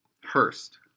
Hurst